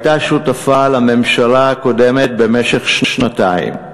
שמפלגתך הייתה שותפה לממשלה הקודמת במשך שנתיים.